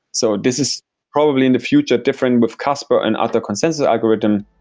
so this is probably in the future different with casper and other consensus algorithms,